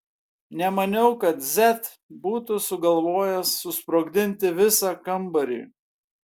nemaniau kad z būtų sugalvojęs susprogdinti visą kambarį